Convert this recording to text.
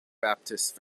baptist